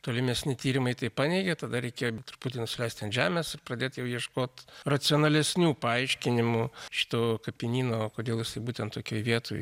tolimesni tyrimai tai paneigė tada reikėjo truputį nusileist ant žemės pradėti jau ieškot racionalesnių paaiškinimų šito kapinyno kodėl jis būtent tokioj vietoj